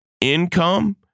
income